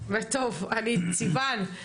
סיון,